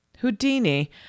Houdini